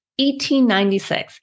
1896